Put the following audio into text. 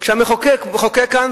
המחוקק חוקק כאן,